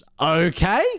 Okay